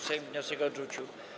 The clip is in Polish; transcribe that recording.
Sejm wniosek odrzucił.